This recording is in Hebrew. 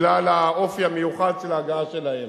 האופי המיוחד של ההגעה שלהם.